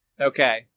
Okay